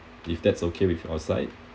if that's okay with outside